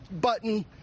button